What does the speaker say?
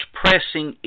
pressing